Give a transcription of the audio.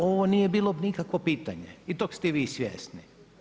Ovo nije bilo nikakvo pitanje i tog ste i vi svjesni.